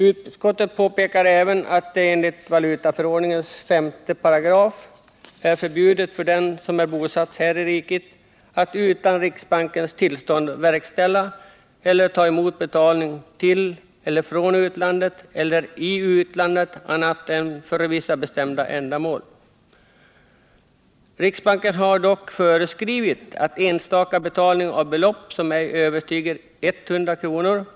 Utskottet påpekar även att det enligt 5 § valutaförordningen är förbjudet för den som är bosatt här i riket att utan riksbankens tillstånd verkställa eller ta emot betalning till eller från utlandet eller i utlandet annat än för vissa bestämda ändamål. Riksbanken har dock föreskrivit att enstaka betalning av belopp som ej överstiger 100 kr.